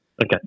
Okay